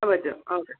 അത് പറ്റും ആ ഓക്കെ